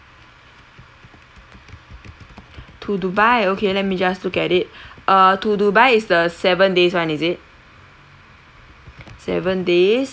to dubai okay let me just look at it err to dubai is the seven days one is it seven days